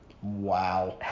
wow